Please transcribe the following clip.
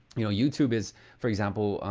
you know youtube is for example,